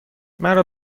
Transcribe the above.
مرا